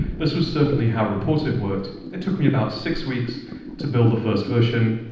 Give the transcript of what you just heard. this was certainly how rapportive worked. it took me about six weeks to build the first version.